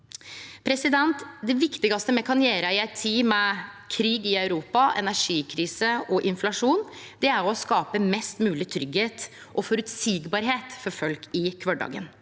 med dette. Det viktigaste me kan gjere i ei tid med krig i Europa, energikrise og inflasjon, er å skape mest mogleg tryggleik og føreseielegheit for folk i kvardagen.